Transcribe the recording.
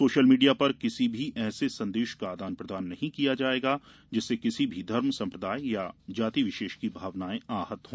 social media पर किसी भी ऐसे संदेश का आदान प्रदान नहीं किया जायेगा जिससे किसी भी धर्म संप्रदाय या जाति विशेष की भावनाएं आहत हो